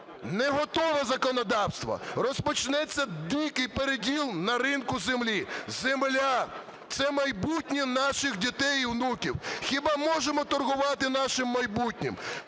Не готове законодавство. Розпочнеться дикий переділ на ринку землі. Земля – це майбутнє наших дітей і внуків. Хіба можемо торгувати нашим майбутнім?